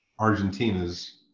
Argentinas